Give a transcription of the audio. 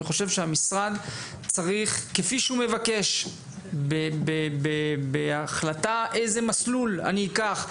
אני חושב שהמשרד צריך כפי שהוא מבקש בהחלטה של - איזה מסלול אני אקח,